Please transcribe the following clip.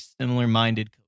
similar-minded